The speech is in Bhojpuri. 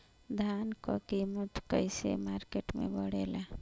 धान क कीमत कईसे मार्केट में बड़ेला?